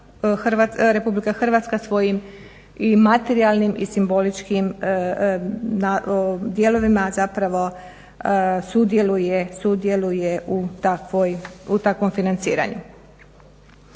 nego da ipak RH svojim i materijalnim i simboličkim dijelovima zapravo sudjeluje u takvom financiranju.